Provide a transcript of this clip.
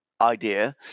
idea